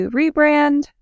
rebrand